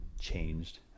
changed